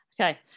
Okay